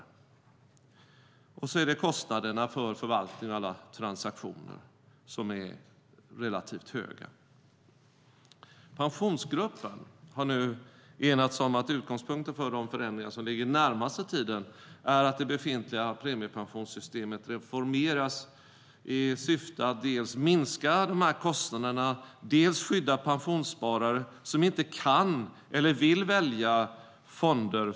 Det tredje är de relativt höga kostnaderna för förvaltning och transaktioner. Pensionsgruppen har nu enats om att utgångspunkten för de förändringar som ligger närmast i tiden är att det befintliga premiepensionssystemet reformeras i syfte att dels minska kostnaderna, dels skydda pensionssparare som inte kan eller vill välja fonder.